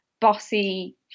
bossy